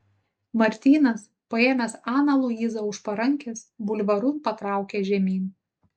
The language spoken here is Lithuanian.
martynas paėmęs aną luizą už parankės bulvaru patraukė žemyn